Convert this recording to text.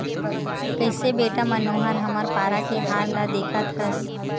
कइसे बेटा मनोहर हमर पारा के हाल ल देखत हस